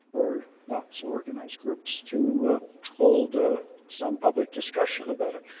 or not so organized groups to hold some public discussion about it.